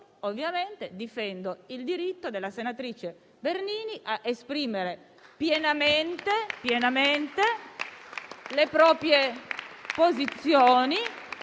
Ovviamente difendo il diritto della senatrice Bernini a esprimere pienamente le proprie posizioni,